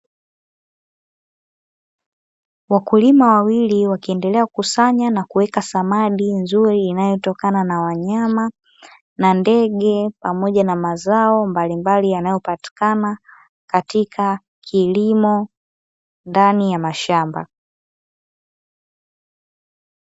Wakulima wawili, wakiendelea kukusanya na kuweka samadi nzuri inayotokana na wanyama na ndege pamoja na mazao mbalimbali yanayopatikana katika kilimo ndani ya mashamba.